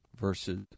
versus